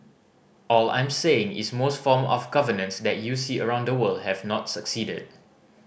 all I am saying is most form of governance that you see around the world have not succeeded